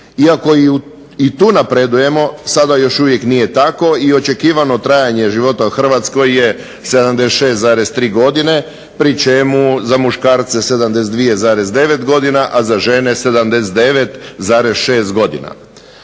Iako i tu napredujemo sada još uvijek nije tako i očekivano trajanje života u Hrvatskoj je 76,3 godine pri čemu za muškarce 72,9 godina, a za žene 79,6 godina.